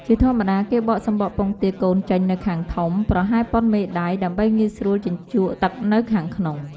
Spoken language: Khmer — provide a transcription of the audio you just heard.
ជាធម្មតា គេបកសំបកពងទាកូនចេញនៅខាងធំ ប្រហែលប៉ុនមេដៃ ដើម្បីងាយស្រួលជញ្ជក់ទឹកនៅខាងក្នុង។